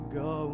go